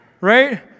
Right